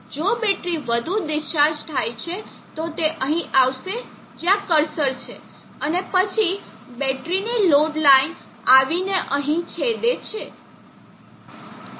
જો બેટરી વધુ ડિસ્ચાર્જ થાય છે તો તે અહીં આવશે જ્યાં કર્સર છે અને પછી બેટરીની લોડ લાઇન આવીને અહીં છેદે છે